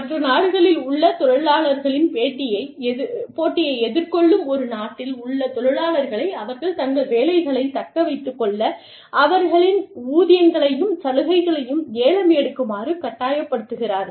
மற்ற நாடுகளில் உள்ள தொழிலாளர்களின் போட்டியை எதிர்கொள்ளும் ஒரு நாட்டில் உள்ள தொழிலாளர்களை அவர்கள் தங்கள் வேலைகளைத் தக்க வைத்துக் கொள்ள அவர்களின் ஊதியங்களையும் சலுகைகளையும் ஏலம் எடுக்குமாறு கட்டாயப்படுத்துகிறார்கள்